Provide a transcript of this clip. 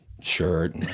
shirt